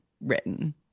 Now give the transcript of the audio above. written